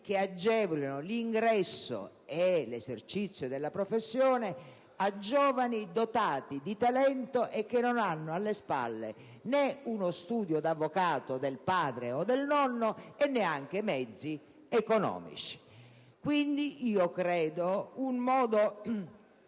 che agevolino l'ingresso e l'esercizio della professione a giovani dotati di talento e che non hanno alle spalle né lo studio di avvocato del padre o del nonno, né mezzi economici. Credo, quindi, che